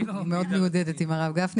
אני מאוד מיודדת עם הרב גפני